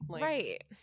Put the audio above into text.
Right